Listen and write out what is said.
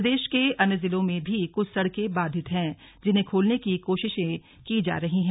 प्रदेश के अन्य जिलों में भी कुछ सड़कें बाधित हैं जिन्हें खोलने की कोशिश की जा रही है